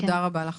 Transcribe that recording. תודה רבה לך.